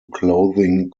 clothing